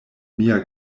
mia